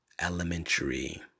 elementary